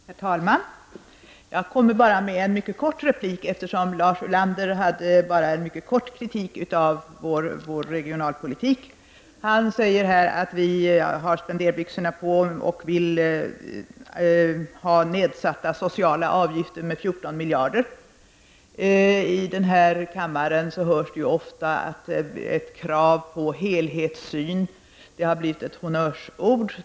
Herr talman! Jag kommer med bara en mycket kort replik, eftersom Lars Ulander bara hade mycket kort kritik av vår regionalpolitik. Han säger att vi har spenderbyxorna på och vill sätta ned de sociala avgifterna med 14 miljarder. I denna kammare hörs ofta krav på en helhetssyn. Det har blivit ett honnörsord.